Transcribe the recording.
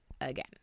again